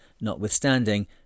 notwithstanding